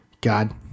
God